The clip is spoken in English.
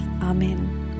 Amen